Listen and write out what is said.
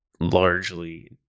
largely